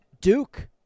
Duke